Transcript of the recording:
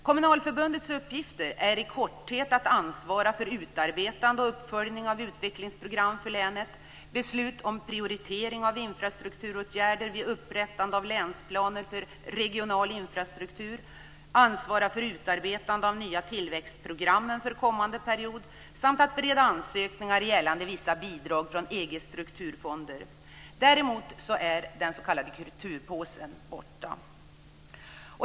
Kommunalförbundets uppgifter är i korthet att ansvara för utarbetande och uppföljning av utvecklingsprogram för länet, att besluta om prioritering av infrastrukturåtgärder vid upprättande av länsplaner för regional infrastruktur, att ansvara för utarbetande av nya tillväxtprogram för kommande period samt att bereda ansökningar gällande vissa bidrag från EG:s strukturfonder. Däremot är den s.k. kulturpåsen borta.